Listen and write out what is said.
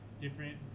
different